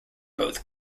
both